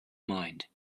mind